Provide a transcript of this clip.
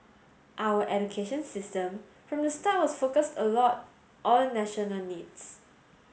our education system from the start was focused a lot on national needs